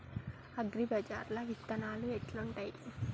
అగ్రిబజార్ల విత్తనాలు ఎట్లుంటయ్?